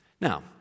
Now